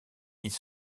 ils